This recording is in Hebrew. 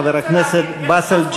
חבר הכנסת באסל,